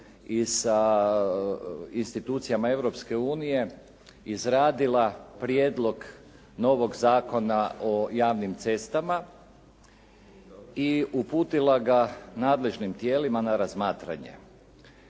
i sa institucijama Europske unije izradila Prijedlog novog zakona o javnim cestama i uputila ga nadležnim tijelima na razmatranje.